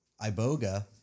iboga